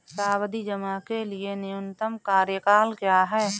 सावधि जमा के लिए न्यूनतम कार्यकाल क्या है?